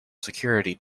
security